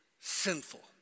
sinful